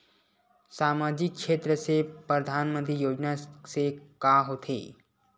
सामजिक क्षेत्र से परधानमंतरी योजना से का होथे?